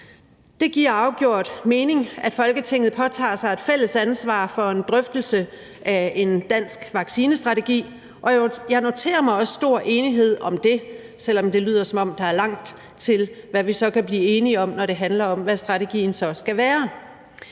Det giver afgjort mening, at Folketinget påtager sig et fælles ansvar for en drøftelse af en dansk vaccinestrategi, og jeg noterer mig også stor enighed om det, selv om det lyder, som om der er langt, med hensyn til hvad vi kan blive enige om, når det handler om, hvad strategien så skal være.